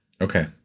Okay